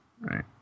right